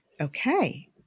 Okay